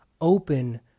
Open